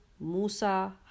Musa